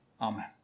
Amen